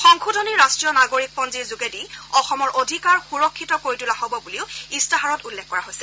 সংশোধনী ৰাষ্ট্ৰীয় নাগৰিকপঞ্জীৰ যোগেদি অসমৰ অধিকাৰ সুৰক্ষিত কৰি তোলা হব বুলিও ইস্তাহাৰত উল্লেখ কৰা হৈছে